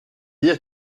dire